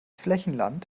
flächenland